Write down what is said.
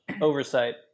oversight